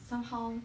somehow